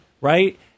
right